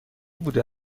بوده